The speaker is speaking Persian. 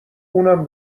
اونم